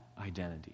identity